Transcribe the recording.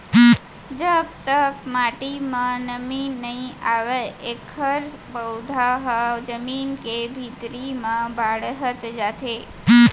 जब तक माटी म नमी नइ आवय एखर पउधा ह जमीन के भीतरी म बाड़हत जाथे